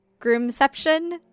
groomception